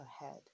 ahead